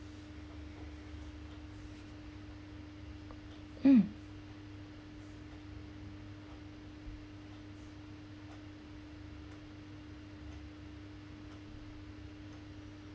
mm